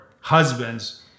Husbands